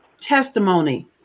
testimony